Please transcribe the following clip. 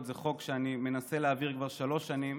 זה חוק שאני מנסה להעביר כבר שלוש שנים,